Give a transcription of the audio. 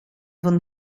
van